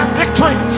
victory